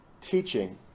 teaching